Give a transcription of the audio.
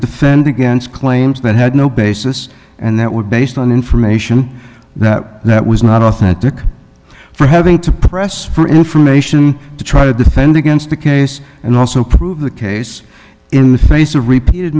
defend against claims that had no basis and that were based on information that that was not authentic for having to press for information to try to defend against the case and also prove the case in the face of repeated